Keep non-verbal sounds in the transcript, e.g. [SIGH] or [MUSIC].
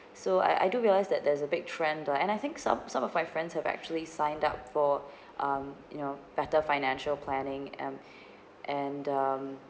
so I I do realised that there's a big trend ah and I think some some of my friends who have actually signed up for [BREATH] um you know better financial planning and and um